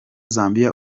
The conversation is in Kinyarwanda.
zombi